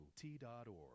T.org